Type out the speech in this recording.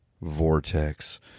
vortex